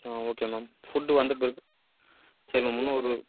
ஆ okay ma'am food வந்த பிறகு சரி மேம் இன்னும் ஒரு